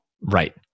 Right